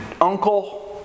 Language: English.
uncle